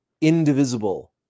indivisible